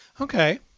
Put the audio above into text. okay